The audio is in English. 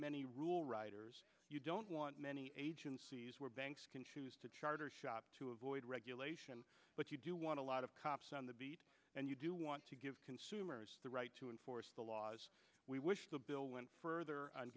many rule writers you don't want many agencies where banks can choose to charter shop to avoid regulation but you do want to lot of cops on the beat and you do want to give consumers the right to enforce the laws we wish the bill went